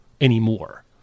anymore